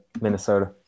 Minnesota